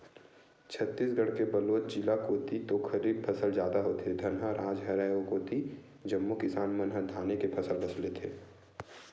छत्तीसगढ़ के बलोद जिला कोती तो खरीफ फसल जादा होथे, धनहा राज हरय ओ कोती जम्मो किसान मन ह धाने के फसल बस लेथे